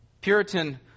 Puritan